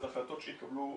החלטות שהתקבלו,